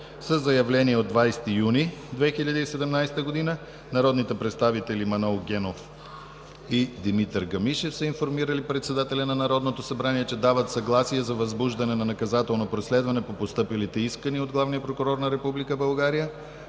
Със заявление от 20 юни 2017 г. народните представители Манол Генов и Димитър Гамишев са информирали председателя на Народното събрание, че дават съгласие за възбуждане на наказателно преследване по постъпилите искания от главния прокурор на Република България.